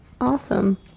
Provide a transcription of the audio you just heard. Awesome